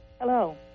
Hello